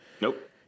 Nope